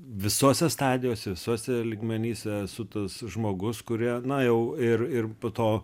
visose stadijose visuose lygmenyse esu tas žmogus kurie na jau ir ir po to